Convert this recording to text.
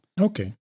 Okay